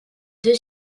deux